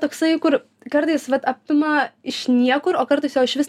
toksai kur kartais vat apima iš niekur o kartais jo išvis